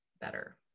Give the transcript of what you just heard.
better